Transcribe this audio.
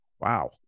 Wow